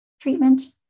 treatment